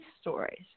stories